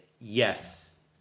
Yes